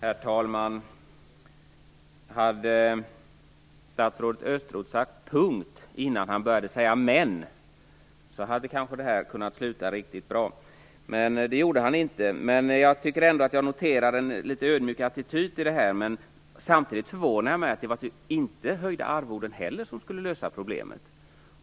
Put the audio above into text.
Herr talman! Hade statsrådet satt punkt innan han började säga "men" hade det här kanske kunnat sluta riktigt bra. Men det gjorde han inte. Jag tycker ändå att jag kan notera en litet ödmjuk attityd i den här frågan. Samtidigt förvånar det mig att höjda arvoden inte heller skulle lösa problemet.